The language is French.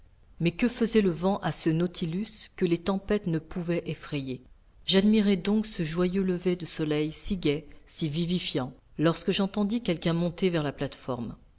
mais que faisait le vent à ce nautilus que les tempêtes ne pouvaient effrayer j'admirai donc ce joyeux lever de soleil si gai si vivifiant lorsque j'entendis quelqu'un monter vers la plate-forme